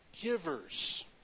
givers